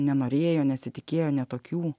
nenorėjo nesitikėjo ne tokių